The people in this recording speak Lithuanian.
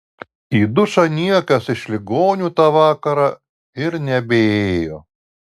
į dušą niekas iš ligonių tą vakarą ir nebeėjo